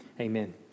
amen